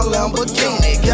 Lamborghini